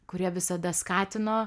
kurie visada skatino